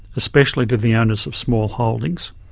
especially to the owners of small holdings,